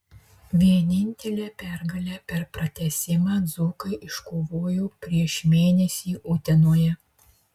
vienintelę pergalę per pratęsimą dzūkai iškovojo prieš mėnesį utenoje